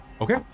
Okay